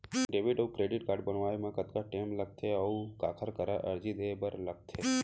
Debit अऊ credit card बनवाए मा कतका टेम लगथे, अऊ काखर करा अर्जी दे बर लगथे?